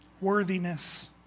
worthiness